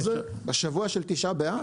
בשבוע של תשעה באב?